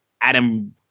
Adam